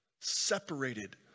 separated